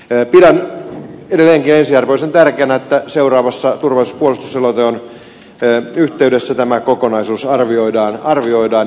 pidän edelleenkin ensiarvoisen tärkeänä että seuraavan turvallisuus ja puolustusselonteon yhteydessä tämä kokonaisuus arvioidaan